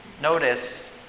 Notice